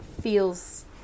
feels